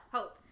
Hope